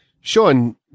Sean